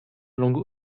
langue